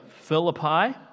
Philippi